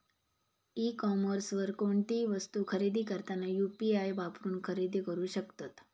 E कॉमर्सवर कोणतीही वस्तू खरेदी करताना यू.पी.आई वापरून खरेदी करू शकतत